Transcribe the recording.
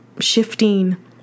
shifting